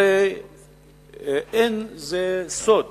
הרי זה לא סוד